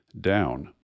down